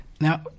Now